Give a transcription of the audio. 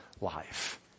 life